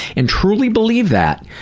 and truly believe that,